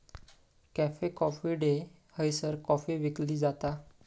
cafe coffee day हयसर coffee विकली जाता